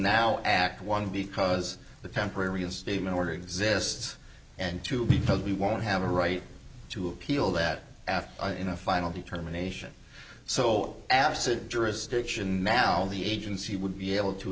now act one because the temporary reinstatement order exists and two because we want to have a right to appeal that after in a final determination so absent jurisdiction mal the agency would be able to